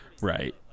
Right